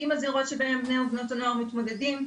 עם הזירות שבני ובנות הנוער מתמודדים,